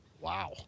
Wow